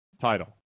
Title